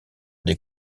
des